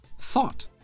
Thought